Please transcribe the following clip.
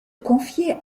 confier